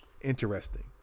Interesting